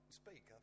speak